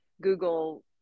google